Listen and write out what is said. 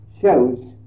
shows